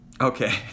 okay